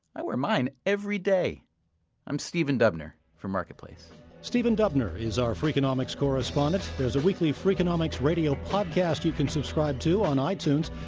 i wear mine every day i'm stephen dubner for marketplace stephen dubner is our freakonomics correspondent. there's a weekly freakonomics radio podcast you can subscribe to on itunes.